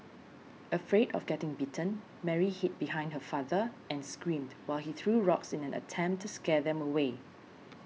afraid of getting bitten Mary hid behind her father and screamed while he threw rocks in an attempt to scare them away